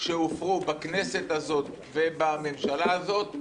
שהופרו בכנסת הזאת ובממשלה הזאת.